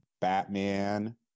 Batman